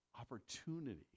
opportunity